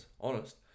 honest